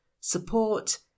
support